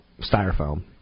styrofoam